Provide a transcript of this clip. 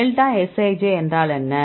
delta Sij என்றால் என்ன